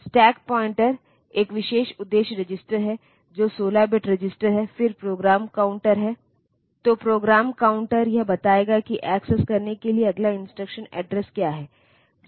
यह मुश्किल नहीं था जैसे कि एक बार एक व्यक्ति कुछ दिनों के लिए 8085 प्रोग्रामिंग कर रहा है यह अक्सर आम हो जाता है कि उन इंस्ट्रक्शन को याद करना जो अक्सर उपयोग किए जाते हैं